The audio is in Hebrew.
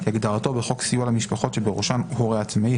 כהגדרתו בחוק סיוע למשפחות שבראשן הורה עצמאי,